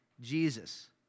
Jesus